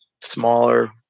smaller